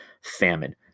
famine